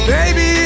Baby